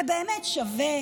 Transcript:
זה באמת שווה,